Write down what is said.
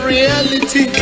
reality